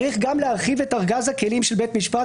צריך גם להרחיב את ארגז הכלים של בית משפט,